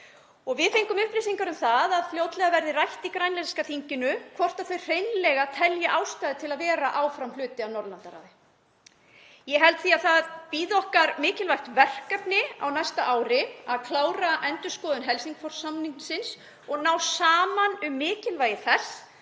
við fengum upplýsingar um það að fljótlega verði rætt á grænlenska þinginu hvort þau telji hreinlega ástæðu til að vera áfram hluti af Norðurlandaráði. Ég held því að það bíði okkar mikilvægt verkefni á næsta ári að klára endurskoðun Helsingfors-samningsins og ná saman um mikilvægi þess